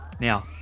Now